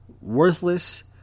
worthless